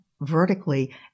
vertically